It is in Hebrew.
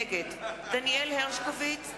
נגד דניאל הרשקוביץ,